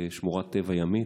כשמורת טבע ימית,